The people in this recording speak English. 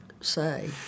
say